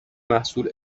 محصول